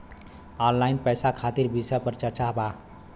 Online पैसा खातिर विषय पर चर्चा वा?